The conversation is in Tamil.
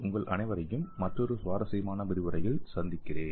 உங்கள் அனைவரையும் மற்றொரு சுவாரஸ்யமான விரிவுரையில் சந்திக்கிறேன்